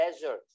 desert